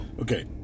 Okay